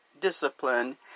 discipline